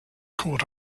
caught